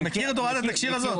הזה,